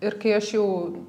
ir kai aš jau